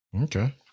Okay